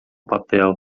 papel